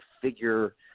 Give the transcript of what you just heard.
figure